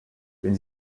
wenn